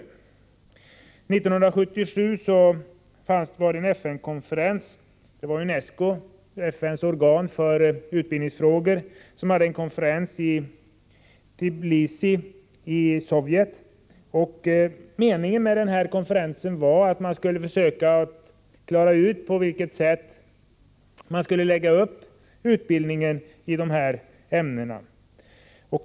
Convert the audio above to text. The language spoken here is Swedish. År 1977 hade UNESCO -— ett organ inom FN som arbetar med utbildningsfrågor — konferens i Tblisi i Sovjetunionen. Meningen med konferensen var att finna ett sätt att lägga upp utbildningen i de här ämnena.